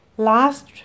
last